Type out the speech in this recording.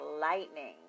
lightning